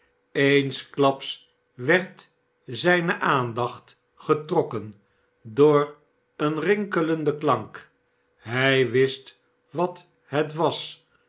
eensklaps werd zijne aandacht getrokken door een rinkelenden klank hij wist wat het was